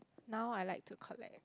now I like to collect